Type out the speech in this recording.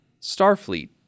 starfleet